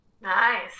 Nice